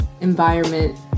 environment